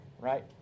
right